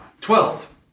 Twelve